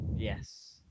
Yes